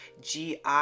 GI